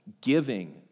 giving